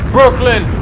Brooklyn